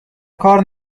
کار